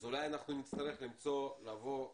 אולי אנחנו נצטרך לבוא,